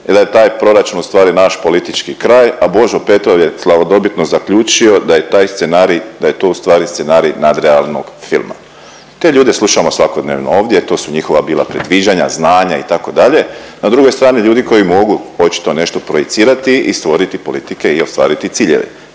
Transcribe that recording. da je taj proračun ustvari naš politički kraj, a Božo Petrov je slavodobitno zaključio da je taj scenarij da je to ustvari scenarij nadrealnog filma. Te ljude slušamo svakodnevno ovdje, to su njihova bila predviđanja, znanja itd. Na drugoj strani ljudi koji mogu očito nešto projicirati i stvoriti politike i ostvariti ciljeve.